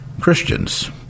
Christians